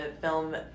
film